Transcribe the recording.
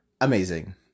amazing